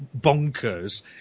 bonkers